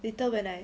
later when I